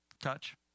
Touch